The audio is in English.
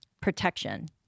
protection